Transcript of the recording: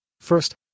First